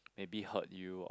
maybe hurt you